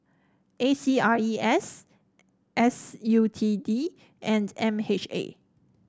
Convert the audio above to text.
A C R E S S U T D and M H A